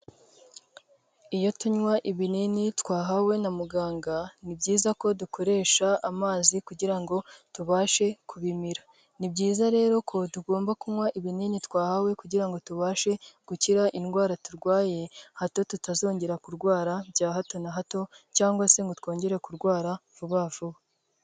Iyo tunywa ibinini twahawe na muganga, ni byiza ko dukoresha amazi kugira ngo tubashe kubimira. Ni byiza rero ko tugomba kunywa ibinini twahawe kugira ngo tubashe gukira indwara turwaye, hato tutazongera kurwara bya hato na hato cyangwa se ngo twongere kurwara vuba vuba.